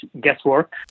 guesswork